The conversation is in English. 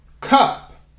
cup